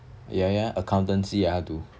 ya ya accountancy ah 他读